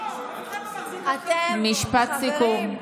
משפט סיכום.